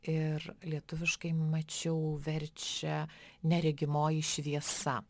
ir lietuviškai mačiau verčia neregimoji šviesa